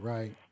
Right